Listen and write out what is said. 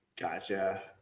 Gotcha